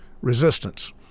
resistance